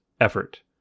effort